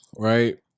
right